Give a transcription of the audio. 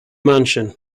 mansion